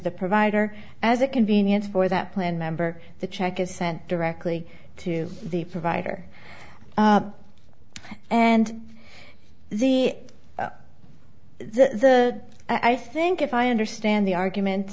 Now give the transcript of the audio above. the provider as a convenience for that plan member the check is sent directly to the provider and the the i think if i understand the argument